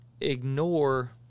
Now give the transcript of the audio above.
ignore